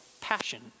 passion